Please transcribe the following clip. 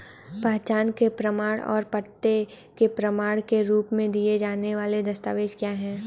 पहचान के प्रमाण और पते के प्रमाण के रूप में दिए जाने वाले दस्तावेज क्या हैं?